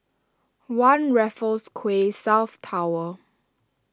one Raffles Quay South Tower